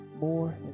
more